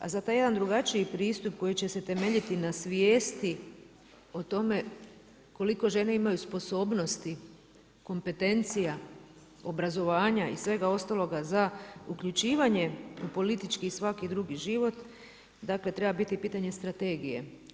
A za taj jedan drugačiji pristup koji će se temeljiti na svijesti o tome koliko žene imaju sposobnosti kompetencija, obrazovanja i svega ostaloga za uključivanje u politički i svaki drugi život, dakle treba biti pitanje strategije.